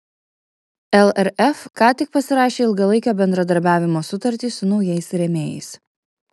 lrf ką tik pasirašė ilgalaikio bendradarbiavimo sutartį su naujais rėmėjais